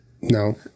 no